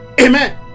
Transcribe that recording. amen